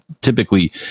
typically